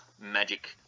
magic